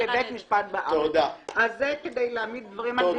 חוות הדעת המשפטית המקובלת זה שחוק הגנת הצרכן לא חל על החברות האלו.